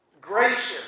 Gracious